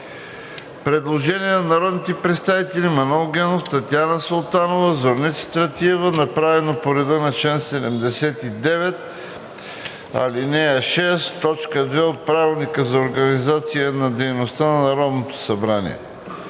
Предложение на народните представители Манол Генов, Татяна Султанова, Зорница Стратиева, направено по реда на чл. 79, ал. 6, т. 2 от Правилника за организацията и дейността на Народното събрание.